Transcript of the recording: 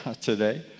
today